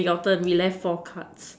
then your turn we left four card